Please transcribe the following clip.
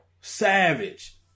Savage